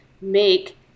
make